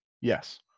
Yes